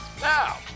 now